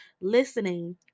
listening